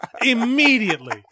immediately